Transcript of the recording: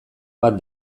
bat